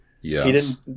Yes